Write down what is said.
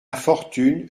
fortune